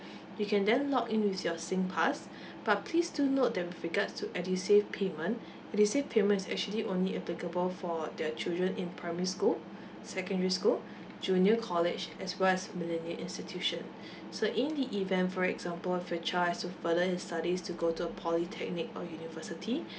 you can then login with your SINGPASS but please do note that with regards to edusave payment edusave payment is actually only applicable for the children in primary school secondary school junior college as well as millennia institution so in the event for example if your child has to further his studies to go to a polytechnic or university